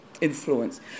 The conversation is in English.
influence